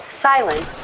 silence